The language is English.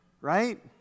right